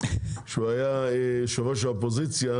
הרצוג כשהוא היה יושב-ראש האופוזיציה,